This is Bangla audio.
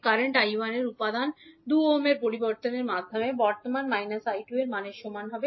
কারেন্ট 𝐈1 এর উপাদান 2 ওহমের প্রতিরোধের মাধ্যমে বর্তমান −𝐈2 এর মান সমান হবে